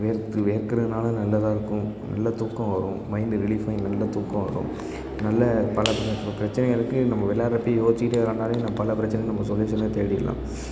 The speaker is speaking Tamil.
வேர்த்து வேர்க்கிறதுனால நல்லதாக இருக்கும் நல்ல தூக்கம் வரும் மைண்டு ரிலீஃப் ஆகி நல்ல தூக்கம் வரும் நல்ல பல பிரச்சனைகளுக்கு நம்ப விளையாட்றப்பயே யோசிச்சுக்கிட்டே விள்ளாண்டாலே நம்ம பல பிரச்சனைகளுக்கு நம்ப சொல்யூஷனே தேடிடலாம்